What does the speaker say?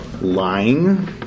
lying